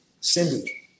Cindy